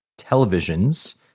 televisions